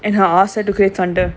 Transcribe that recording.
and her ask her to create thunder